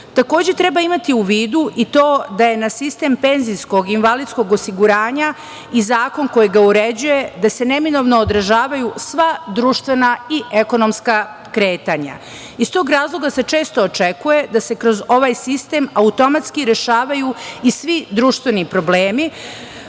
treba imati u vidu i to da je na sistem penzijskog i invalidskog osiguranja i zakon koji ga uređuje, da se neminovno održavaju sva društvena i ekonomska kretanja. Iz tog razloga se često očekuje da se kroz ovaj sistem automatski rešavaju i svi društveni problemi